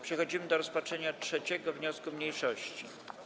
Przechodzimy do rozpatrzenia 3. wniosku mniejszości.